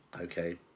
Okay